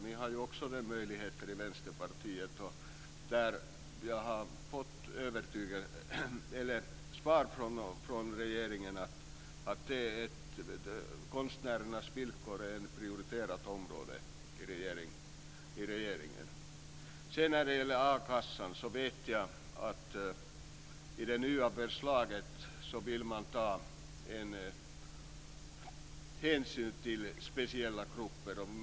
Ni har också den möjligheten i Vänsterpartiet. Jag har fått svar från regeringen att konstnärernas villkor är ett prioriterat område. När det gäller a-kassan vet jag att man i det nya förslaget vill ta hänsyn till speciella grupper.